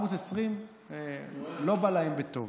ערוץ 20 לא בא להם בטוב.